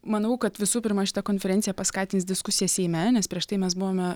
manau kad visų pirma šita konferencija paskatins diskusijas seime nes prieš tai mes buvome